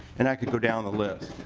and i could go down the list.